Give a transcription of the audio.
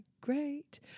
great